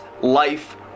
life